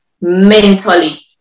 mentally